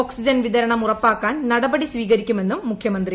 oxygen വിതരണം ഉറപ്പാക്കാൻ നടപടി സ്പ്രീക്രിക്കുമെന്നും മുഖ്യമന്ത്രി